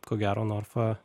ko gero norfa